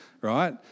right